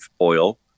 oil